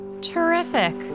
Terrific